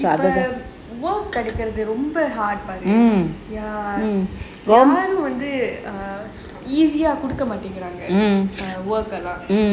கிடைக்குறது ரொம்ப யாரும் வந்து குடுக்க மாடீங்கறாங்க:kidaikurathu romba yaarum vanthu kudukka mateengaraanga work எல்லாம்:ellaam